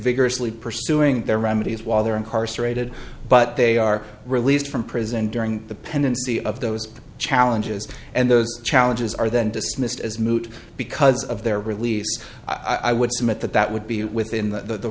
vigorously pursuing their remedies while they are incarcerated but they are released from prison during the pendency of those challenges and those challenges are then dismissed as moot because of their release i would submit that that would be within the